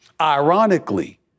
Ironically